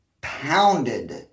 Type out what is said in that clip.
pounded